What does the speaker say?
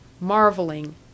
marveling